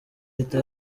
leta